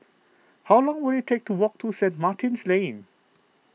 how long will it take to walk to Saint Martin's Lane